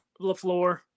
LaFleur